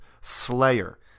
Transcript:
Slayer